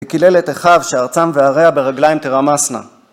וקלל את אחיו שארצם ועריה ברגליים תרמסנה.